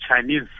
Chinese